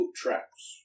traps